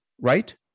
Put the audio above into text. right